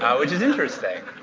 which is interesting.